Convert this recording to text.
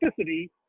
specificity